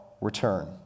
return